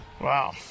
Wow